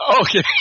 okay